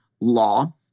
law